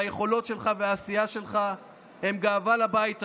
היכולות שלך והעשייה שלך הם גאווה לבית הזה,